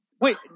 wait